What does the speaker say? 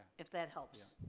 if that helps.